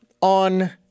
on